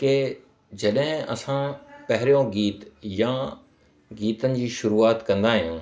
के जॾहिं असां पहिरियों गीत गीतनि जी शुरूआति कंदा आहियूं